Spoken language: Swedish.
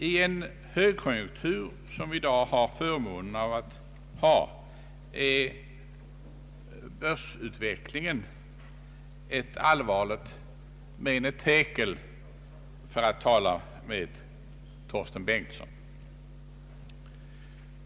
I den högkonjunktur som vi har förmånen att befinna oss i är börsutvecklingen ett allvarligt mene tekel, för att tala med herr Torsten Bengtson.